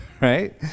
right